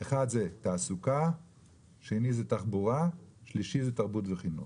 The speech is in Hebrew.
תעסוקה, תחבורה, תרבות וחינוך.